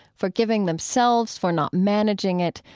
forgiving themselves for not managing it,